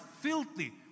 filthy